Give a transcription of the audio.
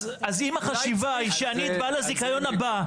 אז אם החשיבה היא שאני בעל הזיכיון הבא,